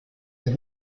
der